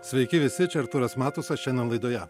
sveiki visi čia artūras matusas šiandien laidoje